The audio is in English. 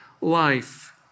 life